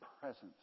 presence